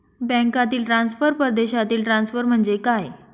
बँकांतील ट्रान्सफर, परदेशातील ट्रान्सफर म्हणजे काय?